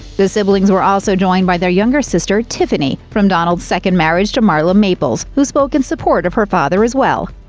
the siblings were also joined by their younger sister, tiffany, from donald's second marriage to marla maples, who spoke in support of her father, as well.